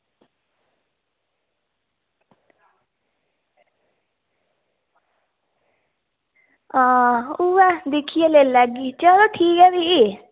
हां उ'ऐ दिक्खियै लेई लैगी चलो ठीक ऐ भी